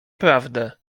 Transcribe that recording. prawdę